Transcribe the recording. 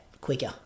quicker